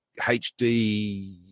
hd